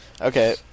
Okay